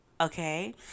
Okay